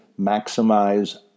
maximize